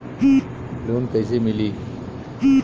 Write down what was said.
Loan कईसे मिली?